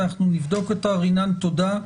אנחנו נבדוק רינן תודה.